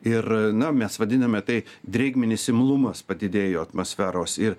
ir na mes vadiname tai drėgminis imlumas padidėjo atmosferos ir